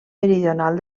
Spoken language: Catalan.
meridional